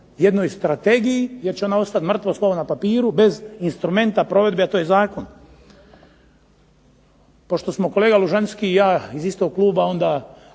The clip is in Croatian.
jednoj strategiji jer će ona ostati mrtvo slovo na papiru bez instrumenta provede, a to je zakon. Pošto smo kolega Lužanski i ja iz istog kluba ne